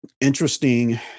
Interesting